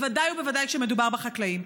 ובוודאי ובוודאי כשמדובר בחקלאים.